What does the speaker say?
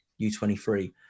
U23